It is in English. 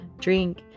drink